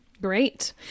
Great